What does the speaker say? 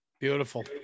Beautiful